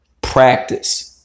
practice